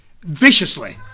viciously